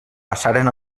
passaren